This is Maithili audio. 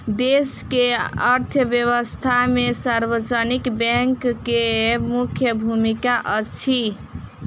देश के अर्थव्यवस्था में सार्वजनिक बैंक के मुख्य भूमिका अछि